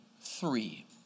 three